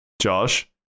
Josh